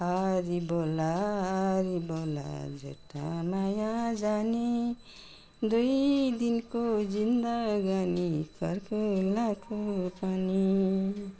हरि बोल हरि बोल झुटा माया जानी दुई दिनको जिन्दगानी कर्कलाको पानी